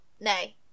nay